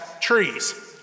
trees